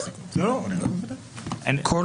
אני לא